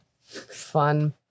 Fun